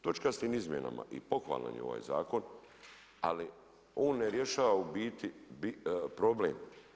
Točka s tim izmjenama i pohvalan je ovaj zakon, ali on ne rješava u biti problem.